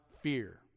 fear